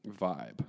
vibe